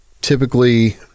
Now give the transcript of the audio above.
typically